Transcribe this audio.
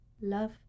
love